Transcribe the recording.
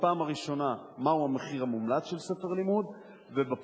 גם מהו המחיר המומלץ של ספר הלימוד וגם,